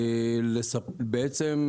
בעצם,